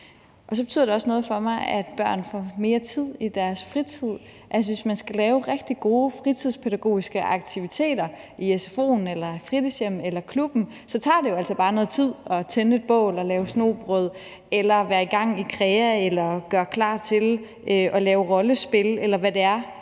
betyder det også noget for mig, at børn får mere tid i deres fritid. Altså, hvis man skal lave rigtig gode fritidspædagogiske aktiviteter i sfo'en eller på fritidshjemmet eller i klubben, så tager det jo altså bare noget tid at tænde et bål og lave snobrød eller være i gang med noget kreativt eller gøre klar til at lave rollespil, eller hvad det er,